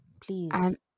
Please